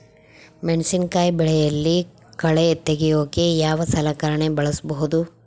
ಮೆಣಸಿನಕಾಯಿ ಬೆಳೆಯಲ್ಲಿ ಕಳೆ ತೆಗಿಯೋಕೆ ಯಾವ ಸಲಕರಣೆ ಬಳಸಬಹುದು?